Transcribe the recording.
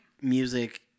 Music